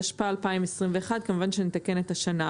התשפ"א-2021 כמובן שנתקן את השנה.